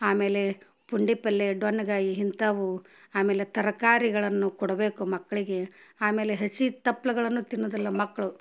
ಆಮೇಲೆ ಪುಂಡಿ ಪಲ್ಯ ದೊಣ್ಗಾಯಿ ಇಂಥವು ಆಮೇಲೆ ತರಕಾರಿಗಳನ್ನು ಕೊಡಬೇಕು ಮಕ್ಕಳಿಗೆ ಆಮೇಲೆ ಹಸಿ ತಪ್ಲುಗಳನ್ನು ತಿನ್ನುವುದಿಲ್ಲ ಮಕ್ಕಳು